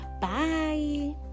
bye